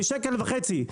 בשקל וחצי,